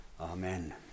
Amen